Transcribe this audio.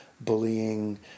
bullying